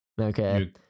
Okay